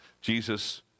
Jesus